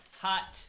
hot